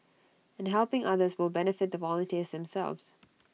and helping others will benefit the volunteers themselves